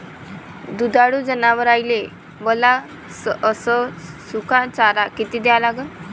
दुधाळू जनावराइले वला अस सुका चारा किती द्या लागन?